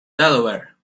delaware